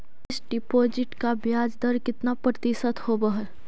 Fix deposit का ब्याज दर कितना प्रतिशत होब है?